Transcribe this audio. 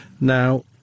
Now